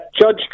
Judge